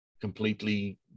completely